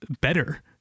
better